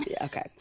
okay